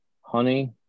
honey